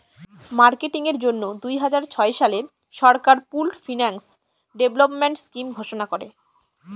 marketing এর জন্য দুই হাজার ছয় সালে সরকার পুল্ড ফিন্যান্স ডেভেলপমেন্ট স্কিম ঘোষণা করে